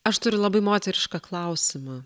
aš turiu labai moterišką klausimą